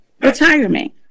retirement